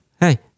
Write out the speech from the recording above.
Hey